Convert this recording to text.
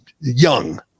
young